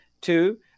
Two